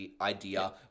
idea